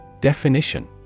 Definition